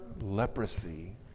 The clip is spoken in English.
leprosy